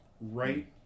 right